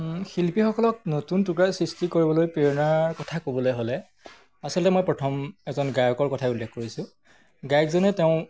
শিল্পীসকলক নতুন টুকুৰা সৃষ্টি কৰিবলৈ প্ৰেৰণাৰ কথা ক'বলৈ হ'লে আচলতে মই প্ৰথম এজন গায়কৰ কথাই উল্লেখ কৰিছোঁ গায়কজনে তেওঁ